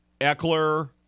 Eckler